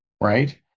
Right